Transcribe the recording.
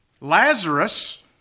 Lazarus